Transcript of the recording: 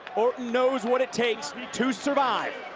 orton knows what it takes to survive.